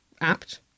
apt